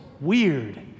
weird